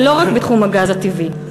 ולא רק בתחום הגז הטבעי.